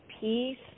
peace